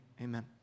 Amen